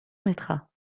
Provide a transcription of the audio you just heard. mestras